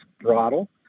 throttle